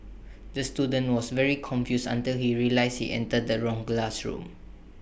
the student was very confused until he realised he entered the wrong classroom